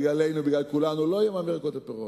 בגללנו ובגלל כולנו לא יהיה מע"מ על ירקות ופירות.